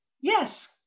Yes